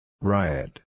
Riot